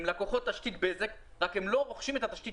הם לקוחות תשתית בזק אלא שהם לא רוכשים את התשתית